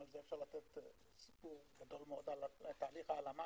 אפשר לתת סיקור גדול על תהליך ההלאמה